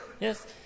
Yes